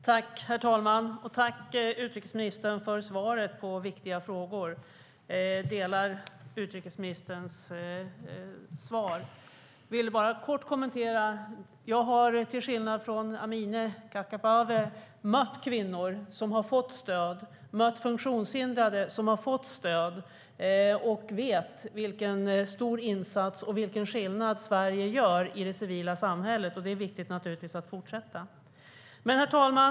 Herr talman! Tack för svaren på viktiga frågor, utrikesministern! Jag delar utrikesministerns syn. Till skillnad från Amineh Kakabaveh har jag mött kvinnor och funktionshindrade som har fått stöd, och jag vet vilken stor insats och vilken skillnad Sverige gör i det civila samhället. Det är naturligtvis viktigt att fortsätta. Herr talman!